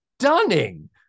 stunning